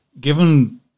given